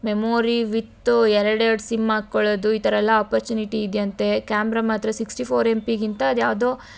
memory with ಎರಡು ಎರಡು SIM ಹಾಕ್ಕೊಳ್ಳೊದು ಈ ಥರ ಎಲ್ಲ ಆಪೊರ್ಚುನಿಟಿ ಇದೆಯಂತೆ ಕ್ಯಾಮ್ರ ಮಾತ್ರ ಸಿಕ್ಸ್ಟಿ ಫೋರ್ ಎಮ್ ಪಿಗಿಂತ ಅದು ಯಾವ್ದೋ